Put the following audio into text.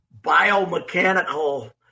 biomechanical